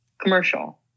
commercial